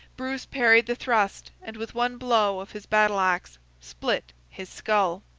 bruce parried the thrust, and with one blow of his battle-axe split his skull.